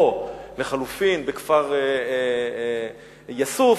או לחלופין בכפר-יאסוף,